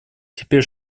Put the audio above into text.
теперь